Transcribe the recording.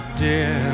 dear